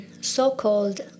so-called